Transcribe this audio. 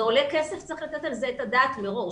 זה עולה כסף וצריך לתת על זה את הדעת מראש.